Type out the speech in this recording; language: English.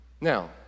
Now